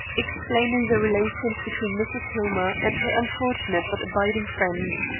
explaining the relations between mrs. hillmer and her unfortunate but abiding friend.